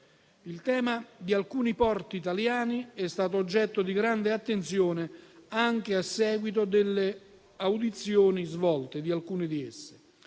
Il tema di alcuni porti italiani è stato oggetto di grande attenzione anche a seguito delle audizioni svolte, in particolare